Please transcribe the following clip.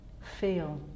Feel